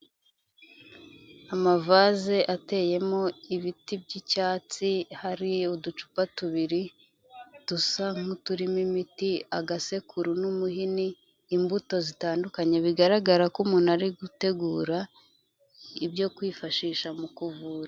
Amavaze ateyemo ibiti by'icyatsi, hari uducupa tubiri dusa nk'uturimo imiti, agasekuru n'umuhini, imbuto zitandukanye, bigaragara ko umuntu ari gutegura ibyo kwifashisha mu kuvura.